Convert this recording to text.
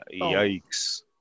Yikes